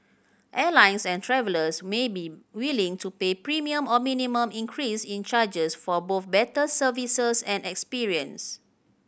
airlines and travellers may be willing to pay premium or minimum increase in charges for both better services and experience